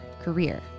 career